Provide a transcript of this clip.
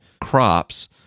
crops